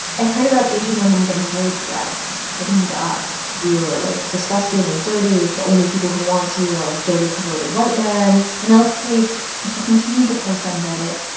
i've heard about asian women getting rape threats, getting doxed l you're, like, disgusting and dirty. the only people who want to you are, like, dirty, perverted white men in l's case, she continued to post on reddit.